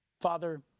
Father